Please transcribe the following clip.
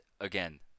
again